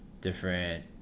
different